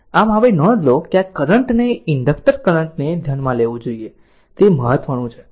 આમ હવે નોંધ લો કે આપણે કરંટ ને ઇન્ડક્ટર કરંટ ને ધ્યાનમાં રાખવું જોઈએ તે મહત્વનું છે